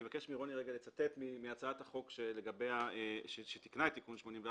אני מבקש מרוני לצטט מהצעת החוק שתיקנה את תיקון 84,